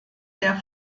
der